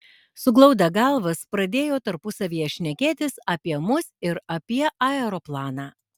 suglaudę galvas pradėjo tarpusavyje šnekėtis apie mus ir apie aeroplaną